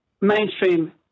mainstream